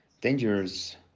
dangerous